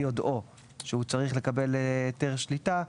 ביודעו שהוא צריך לקבל היתר שליטה,